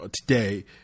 today